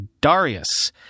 Darius